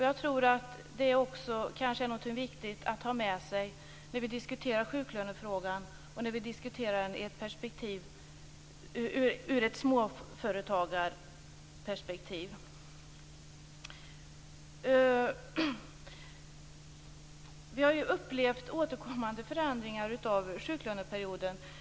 Jag tror att det också är någonting viktigt att ta med sig när vi diskuterar sjuklönefrågan i ett småföretagarperspektiv. Vi har upplevt återkommande förändringar av sjuklöneperioden.